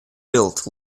built